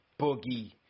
Boogie